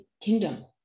kingdom